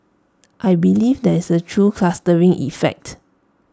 I believe there is A true clustering effect